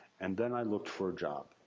and then i looked for a job.